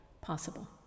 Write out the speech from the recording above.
possible